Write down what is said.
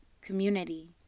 community